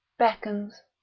beckons,